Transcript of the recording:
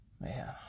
man